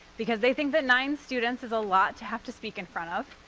because they think that nine students is a lot to have to speak in front of.